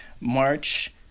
March